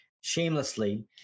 shamelessly